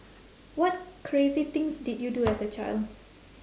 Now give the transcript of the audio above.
what crazy things did you do as a child